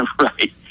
Right